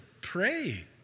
Pray